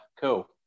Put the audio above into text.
cool